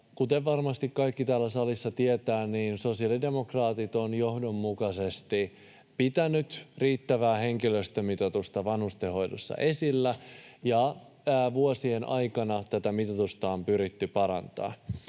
Kuten varmasti kaikki täällä salissa tietävät, sosiaalidemokraatit ovat johdonmukaisesti pitäneet riittävää henkilöstömitoitusta vanhustenhoidossa esillä, ja vuosien aikana tätä mitoitusta on pyritty parantamaan.